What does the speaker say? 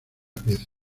pieza